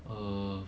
err